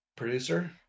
producer